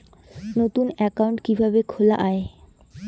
নতুন একাউন্ট কিভাবে খোলা য়ায়?